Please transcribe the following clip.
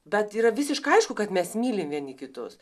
bet yra visiškai aišku kad mes mylim vieni kitus